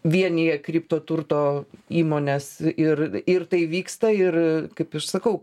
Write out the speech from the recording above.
vienija kriptoturto įmones ir ir tai vyksta ir kaip aš sakau